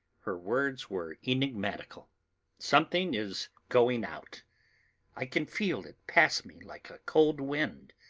her words were enigmatical something is going out i can feel it pass me like a cold wind.